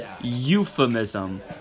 euphemism